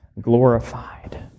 glorified